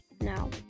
now